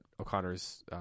O'Connor's